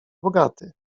bogaty